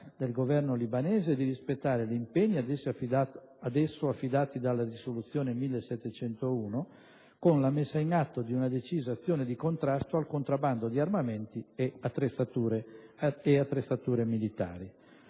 del Governo libanese di rispettare gli impegni ad esso affidati dalla risoluzione n. 1701 con la messa in atto di una decisa azione di contrasto al contrabbando di armamenti e di attrezzature militari.